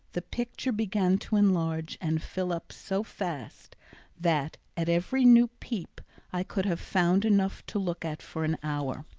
the picture began to enlarge and fill up so fast that at every new peep i could have found enough to look at for an hour.